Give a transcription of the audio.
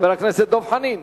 חבר הכנסת דב חנין,